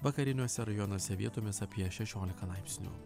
vakariniuose rajonuose vietomis apie šešiolika laipsnių